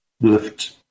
lift